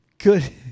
Good